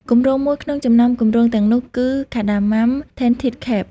គម្រោងមួយក្នុងចំណោមគម្រោងទាំងនោះគឺ Cardamom Tented Camp។